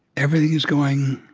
everything is going